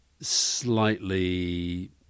Slightly